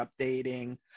updating